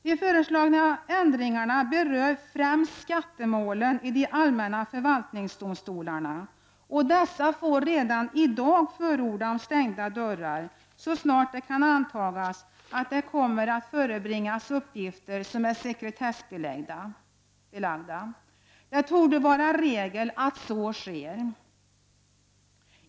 De föreslagna ändringarna berör främst skattemålen i de allmänna förvaltningsdomstolarna, och dessa får redan i dag förordna om stängda dörrar så snart det kan antas att det kommer att förebringas uppgifter som är sekretessbelagda. Det torde vara regel att så sker.